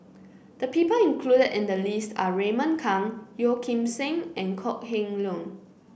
the people included in the list are Raymond Kang Yeo Kim Seng and Kok Heng Leun